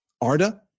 Arda